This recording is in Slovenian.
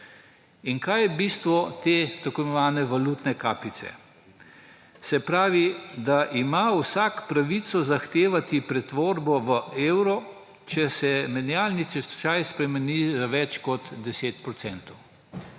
Kaj je bistvo te tako imenovane valutne kapice? Da ima vsak pravico zahtevati pretvorbo v evro, če se menjalni tečaj spremeni za več kot 10